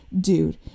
dude